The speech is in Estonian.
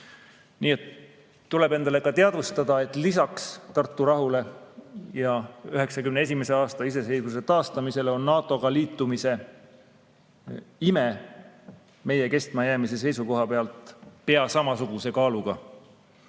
Nii et tuleb endale teadvustada, et lisaks Tartu rahule ja iseseisvuse taastamisele 1991. aastal on NATO-ga liitumise ime meie kestmajäämise seisukoha pealt pea samasuguse kaaluga.